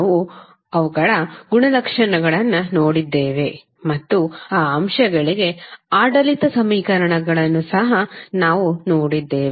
ನಾವು ಅವುಗಳ ಗುಣಲಕ್ಷಣಗಳನ್ನು ನೋಡಿದ್ದೇವೆ ಮತ್ತು ಆ ಅಂಶಗಳಿಗೆ ಆಡಳಿತ ಸಮೀಕರಣಗಳನ್ನು ಸಹ ನಾವು ನೋಡಿದ್ದೇವೆ